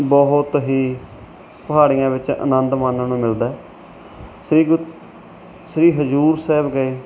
ਬਹੁਤ ਹੀ ਪਹਾੜੀਆਂ ਵਿੱਚ ਆਨੰਦ ਮਾਨਣ ਨੂੰ ਮਿਲਦਾ ਸ਼੍ਰੀ ਗੁਰੂ ਸ਼੍ਰੀ ਹਜ਼ੂਰ ਸਾਹਿਬ ਗਏ